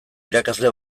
irakasle